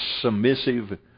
submissive